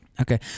Okay